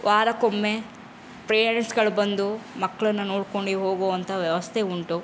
ವಾರಕೊಮ್ಮೆ ಪೇರೆಂಟ್ಸುಗಳು ಬಂದು ಮಕ್ಳನ್ನು ನೋಡ್ಕೊಂಡು ಹೋಗುವಂಥ ವ್ಯವಸ್ಥೆ ಉಂಟು